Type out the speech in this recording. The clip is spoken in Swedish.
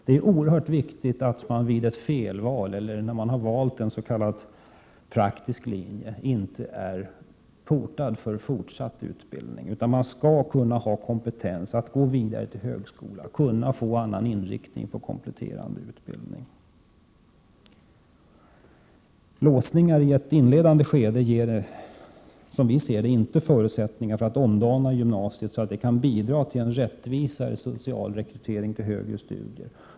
Det är oerhört viktigt att man vid ett felval eller när man har valt en s.k. praktisk linje inte är stängd för fortsatt utbildning. Man skall kunna få kompetens, så att man kan gå vidare till högskola och kunna få annan inriktning och kompletterande utbildning. Låsningar i ett inledande skede ger, som vi ser det, inte förutsättningar för en omdaning av gymnasiet, så att detta kan bidra till en rättvisare social rekrytering till högre studier.